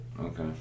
Okay